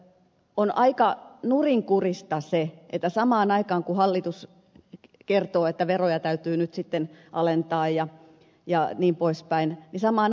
on aika nurinkurista se että samaan aikaan kun hallitus kertoo että veroja täytyy nyt sitten alentaa jnp